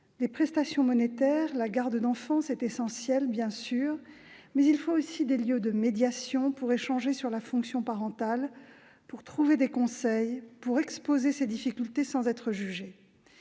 Les prestations monétaires, la garde des enfants sont des éléments essentiels, bien sûr, mais il faut aussi des lieux de médiation où échanger sur la fonction parentale, trouver des conseils, exposer ses difficultés sans être jugé.